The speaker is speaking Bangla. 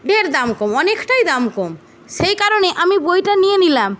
ঢের দাম কম অনেকটাই দাম কম সেই কারণে আমি বইটা নিয়ে নিলাম